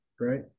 right